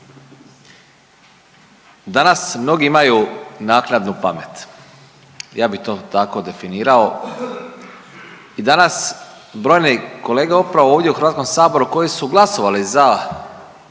Danas mnogi imaju naknadnu pamet ja bi to tako definirao i danas brojni kolege upravo ovdje u HS koji su glasovali za